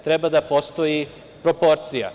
Treba da postoji proporcija.